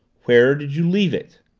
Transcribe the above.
where did you leave it?